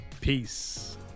peace